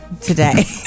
today